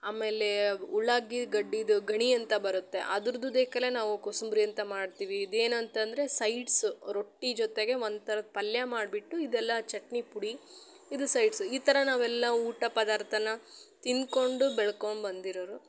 ಆಮೇಲೆ ಉಳ್ಳಾಗಡ್ಡೀದು ಗಣಿ ಅಂತ ಬರುತ್ತೆ ಅದ್ರದ್ ನಾವು ಕೋಸಂಬ್ರಿ ಅಂತ ಮಾಡ್ತೀವಿ ಅದೇನು ಅಂತ ಅಂದರೆ ಸೈಡ್ಸು ರೊಟ್ಟಿ ಜೊತೆಗೆ ಒಂಥರದ್ದು ಪಲ್ಯ ಮಾಡಿಬಿಟ್ಟು ಇದೆಲ್ಲ ಚಟ್ನಿ ಪುಡಿ ಇದು ಸೈಡ್ಸು ಈ ಥರ ನಾವೆಲ್ಲ ಊಟ ಪದಾರ್ಥಾನ ತಿಂದ್ಕೊಂಡು ಬೆಳ್ಕೊಂಡ್ಬಂದಿರೋರು